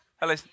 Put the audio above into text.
Hello